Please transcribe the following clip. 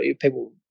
people